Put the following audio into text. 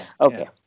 Okay